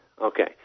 Okay